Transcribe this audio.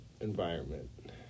environment